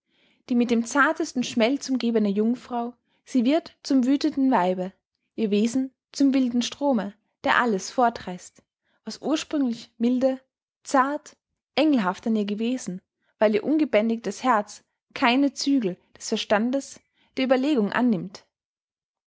die mit dem zartesten schmelz umgebne jungfrau sie wird zum wüthenden weibe ihr wesen zum wilden strome der alles fortreißt was ursprünglich milde zart engelhaft an ihr gewesen weil ihr ungebändigtes herz keinen zügel des verstandes der ueberlegung annimmt